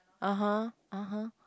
(uh huh) (uh huh)